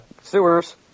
sewers